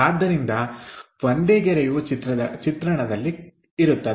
ಆದ್ದರಿಂದ ಒಂದೇ ಗೆರೆಯು ಚಿತ್ರಣದಲ್ಲಿ ಇರುತ್ತದೆ